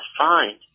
find